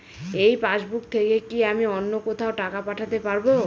এই পাসবুক থেকে কি আমি অন্য কোথাও টাকা পাঠাতে পারব?